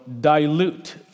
dilute